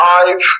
Five